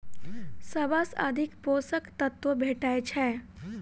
सबसँ अधिक पोसक तत्व भेटय छै?